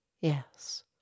Yes